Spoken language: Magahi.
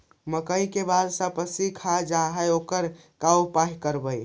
मकइ के बाल सब पशी खा जा है ओकर का उपाय करबै?